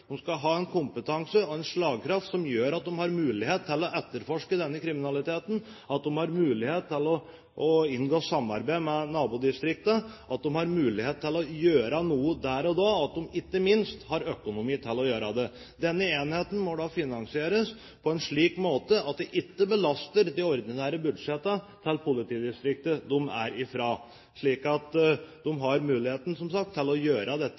De skal ha en kompetanse og en slagkraft som gjør at de har mulighet til å etterforske denne kriminaliteten, at de har mulighet til å inngå samarbeid med nabodistriktene, at de har mulighet til å gjøre noe der og da, og at de ikke minst har økonomi til å gjøre det. Denne enheten må da finansieres på en slik måte at det ikke belaster de ordinære budsjettene til det politidistriktet de er fra, slik at de altså har muligheten, som sagt, til å gjøre dette